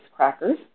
Crackers